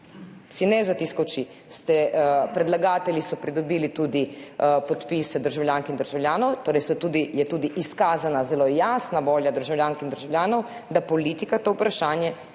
si ne zatiska oči. Predlagatelji so pridobili tudi podpise državljank in državljanov, torej je izkazana tudi zelo jasna volja državljank in državljanov, da politika to vprašanje